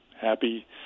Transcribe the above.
happy